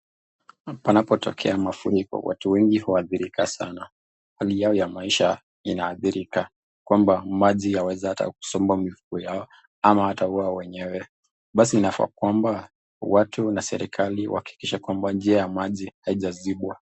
Panapotokea mafuriko watu wengi huathirika sanaa, hali yao ya maisha inaathirika kwamba maji huweza hata kuzomba mifugo yao ama hata huwaua wenyewe pasi inafaa kwamba watu na serikali wahakikishe ya kwamba njia ya machi haijazibwa